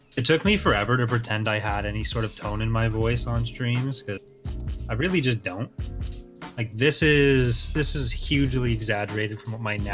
it took me forever to pretend i had any sort of tone in my voice on streams i really just don't like this is this is hugely exaggerated from um i yeah